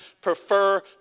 prefer